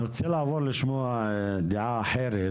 אני רוצה לעבור לשמוע דעה אחרת,